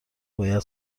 باید